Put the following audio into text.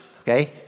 Okay